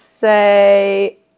say